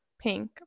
pink